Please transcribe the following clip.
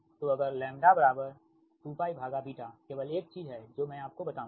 तो अगर λ 2π केवल एक चीज है जो मैं आपको बताऊंगा